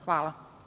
Hvala.